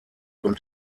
und